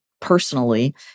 personally